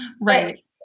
Right